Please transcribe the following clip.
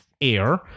air